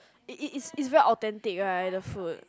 it it is it's very authentic right the food